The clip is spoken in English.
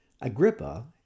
Agrippa